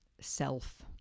self